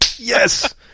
Yes